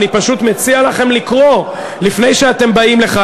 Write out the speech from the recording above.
אני פשוט מציע לכם לקרוא לפני שאתם באים לכאן.